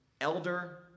elder